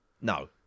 no